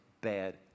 bad